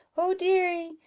oh deary!